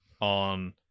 on